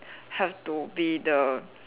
have to be the